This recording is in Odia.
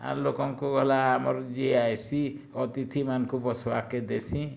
ଆର୍ ଲୁକକୁ ଗଲା ଆମର୍ ଯିଏ ଆଏସି ଅତିଥିମାନକୁ ବସ୍ବାକେ ଦେସିଁ